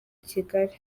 kigali